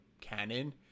canon